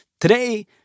Today